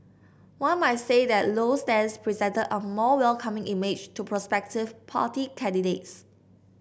one might say that Low's stance presented a more welcoming image to prospective party candidates